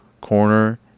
corner